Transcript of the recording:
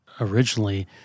Originally